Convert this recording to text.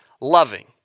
loving